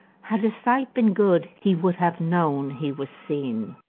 had his sight been good he would have known he was seen.